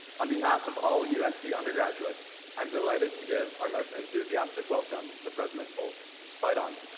on behalf of all usc undergraduates, i'm delighted to give our most enthusiastic welcome to president folt fight on!